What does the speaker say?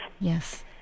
Yes